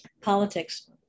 Politics